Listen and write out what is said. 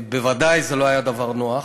בוודאי זה לא היה דבר נוח.